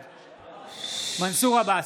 בעד מנסור עבאס,